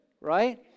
Right